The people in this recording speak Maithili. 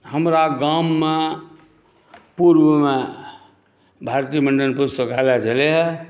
हमरा गाममे पूर्वमे भारती मण्डन पुस्तकालय छलै